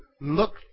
look